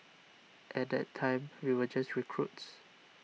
at that time we were just recruits